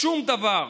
שום דבר.